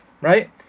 Right